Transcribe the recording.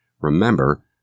Remember